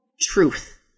truth